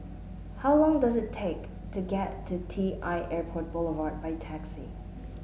how long does it take to get to T I Airport Boulevard by taxi